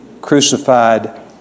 crucified